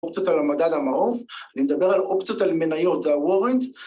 אופציות על המדד המעוף, אני מדבר על אופציות על מניות, זה הוורנדס